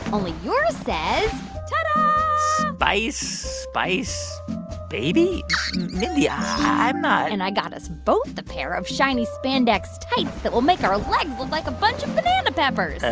only yours says ta-da spice spice baby mindy, i'm not. and i got us both a pair of shiny spandex tights that will make our legs look like a bunch of banana peppers ah,